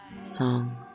song